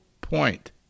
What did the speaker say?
point